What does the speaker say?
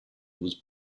was